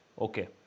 Okay